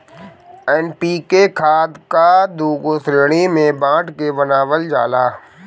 NPK खाद कअ दूगो श्रेणी में बाँट के बनावल जाला